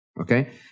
Okay